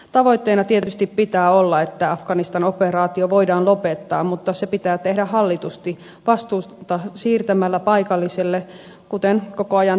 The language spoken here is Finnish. tavoitteena tietysti pitää olla että afganistan operaatio voidaan lopettaa mutta se pitää tehdä hallitusti vastuuta siirtämällä paikallisille kuten koko ajan tehdäänkin